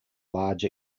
large